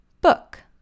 Book